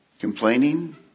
Complaining